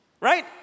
right